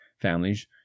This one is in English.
families